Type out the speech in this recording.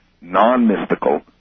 non-mystical